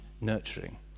nurturing